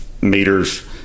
meters